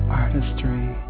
artistry